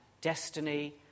destiny